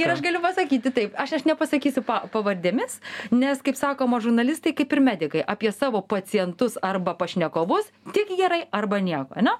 ir aš galiu pasakyti taip aš aš nepasakysiu pavardėmis nes kaip sakoma žurnalistai kaip ir medikai apie savo pacientus arba pašnekovus tik gerai arba nieko ane